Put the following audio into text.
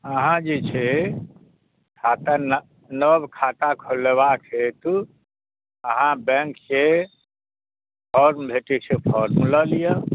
अहाँ जे छै खाता नव नव खाता खोलेबाक हेतु अहाँ बैंकसँ फॉर्म भेटैत छै फॉर्म लऽ लिअ